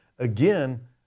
Again